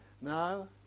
No